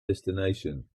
destination